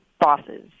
bosses